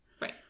Right